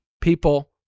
people